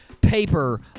paper